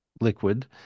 liquid